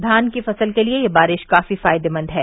धान की फसल के लिये यह बारिश काफी फायदेनंद है